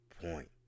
point